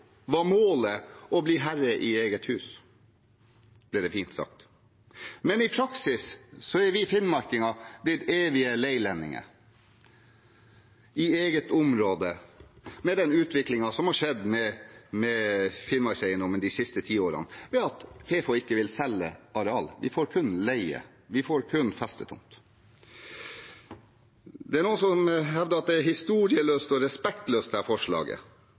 var målet å bli herre i eget hus, ble det så fint sagt. Men i praksis er vi finnmarkinger blitt evige leilendinger i eget område med den utviklingen som har skjedd med Finnmarkseiendommen de siste ti årene, ved at FeFo ikke vil selge areal. Vi får kun leie, vi får kun festetomt. Det er noen som hevder at dette forslaget er historieløst og respektløst.